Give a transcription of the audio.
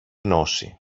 γνώση